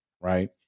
Right